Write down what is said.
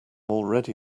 already